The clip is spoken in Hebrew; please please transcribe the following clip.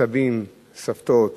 סבים, סבתות,